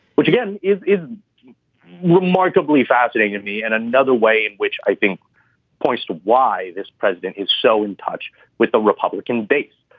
which again, is remarkably fascinating, me and another way in which i think points to why this president is so in touch with the republican base,